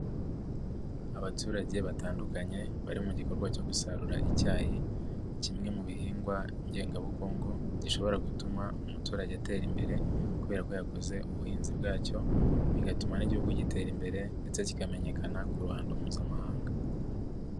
Abaturage batandukanye bari mu gikorwa cyo gusarura icyayi, kimwe mu bihingwa ngengabukungu gishobora gutuma umuturage atera imbere kubera ko yakoze ubuhinzi bwacyo, bigatuma n'igihugu gitera imbere ndetse kikamenyekana ku ruhando mpuzamahanga.